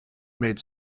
made